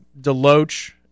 DeLoach